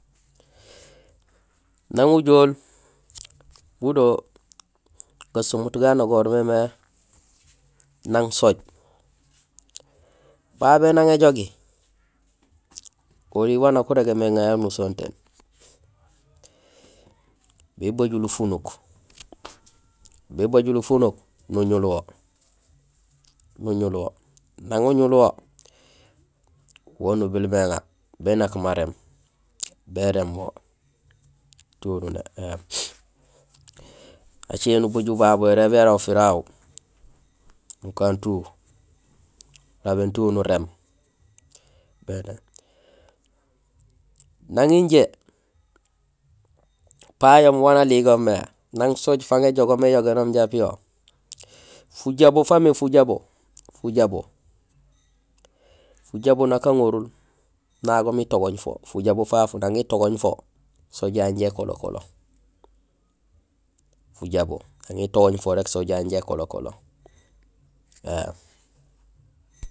Nang ujool budo gasomut ganogoor mémé nang sooj; babé nang éjogi, oli wa nak régéén mé éŋayo nusontéén: bébajul ufunuk. Bébajul ufunuk nuñul wo, nuñul wo nang uñul wo; wo nu bilmé éŋa bénak maréén; béréén doru éém. Acé nubajul babu érééb yara ufira wawu nukaan tout, nulabéén tout nuréém, béé né. Nang injé; payoom wan niligoom mé nang sooj faŋ éjogoom éyogénoom jaraam piyo; fajabo faamé fujabo; fujabo, fujabo nak aŋorul nagoom itigooñ fo. Fujabo fafu nang itogooñ fo, sooj yayu inja ékolo kolo; fujabo nang itogooñ fo rék sooj yayu inja ékolo kolo éém.